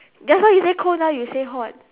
just now you say cold now you say hot